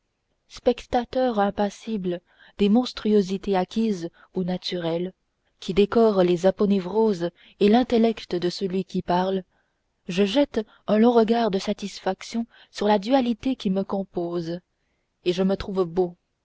spectateur impassible des monstruosités acquises ou naturelles qui décorent les aponévroses et l'intellect de celui qui parle je jette un long regard de satisfaction sur la dualité qui me compose et je me trouve beau